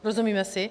Rozumíme si?